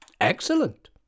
Excellent